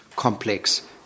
complex